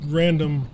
random